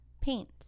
Paint